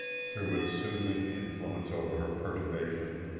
threw its soothing influence over her perturbation,